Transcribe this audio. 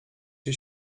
się